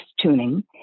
tuning